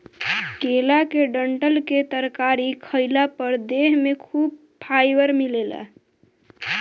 केला के डंठल के तरकारी खइला पर देह में खूब फाइबर मिलेला